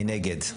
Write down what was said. מי נגד?